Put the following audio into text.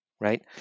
Right